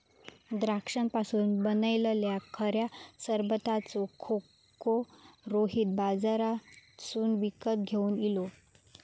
द्राक्षांपासून बनयलल्या खऱ्या सरबताचो खोको रोहित बाजारातसून विकत घेवन इलो